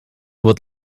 what